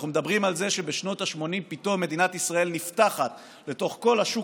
אנחנו מדברים על זה שבשנות השמונים פתאום מדינת ישראל נפתחת לתוך כל השוק